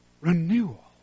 Renewal